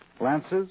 lances